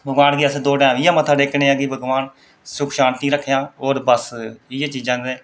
भगोआन गी अस दो टैम इ'यां मत्था टेकने आं भगोआन सुख शान्ति रक्खेआं और बस इ'यै चीजां न